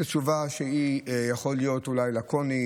זו תשובה שיכול להיות שהיא אולי לקונית,